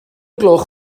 gloch